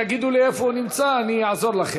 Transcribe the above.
אם תגידו לי איפה הוא נמצא, אני אעזור לכם.